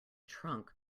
trunk